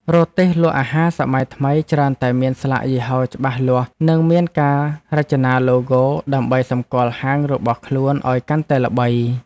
រទេះលក់អាហារសម័យថ្មីច្រើនតែមានស្លាកយីហោច្បាស់លាស់ និងមានការរចនាឡូហ្គោដើម្បីសម្គាល់ហាងរបស់ខ្លួនឱ្យកាន់តែល្បី។